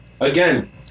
again